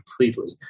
completely